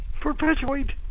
perpetuate